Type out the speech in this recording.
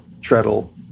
treadle